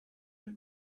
the